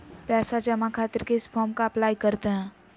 पैसा जमा खातिर किस फॉर्म का अप्लाई करते हैं?